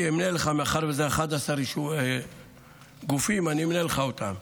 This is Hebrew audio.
מאחר שזה 11 גופים, אני אמנה לך אותם: